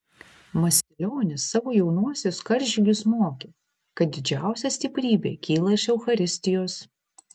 masilionis savo jaunuosius karžygius mokė kad didžiausia stiprybė kyla iš eucharistijos